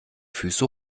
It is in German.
füße